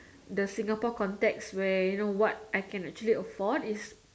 the Singapore context where you know what I can actually afford is